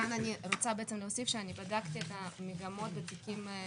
רוצה להוסיף שבדקתי את המגמות בתיקים